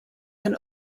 can